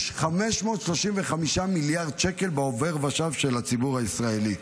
יש 535 מיליארד שקל בעובר ושב של הציבור הישראלי,